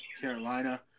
Carolina